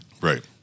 right